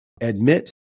admit